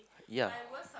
yeah